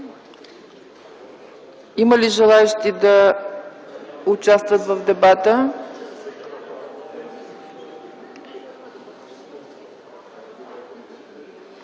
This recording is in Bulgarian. Има ли желаещи да участват в дебата?